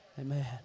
Amen